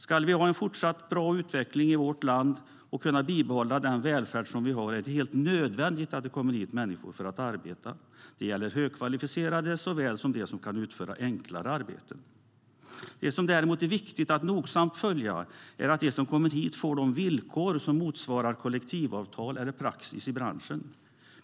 Ska vi ha en fortsatt bra utveckling i vårt land och kunna bibehålla den välfärd vi har är det helt nödvändigt att det kommer hit människor för att arbeta. Det gäller högkvalificerade arbetstagare såväl som de som kan utföra enklare arbeten. Det som däremot är viktigt att nogsamt följa är att de som kommer hit får de villkor som motsvarar kollektivavtal eller praxis i branschen.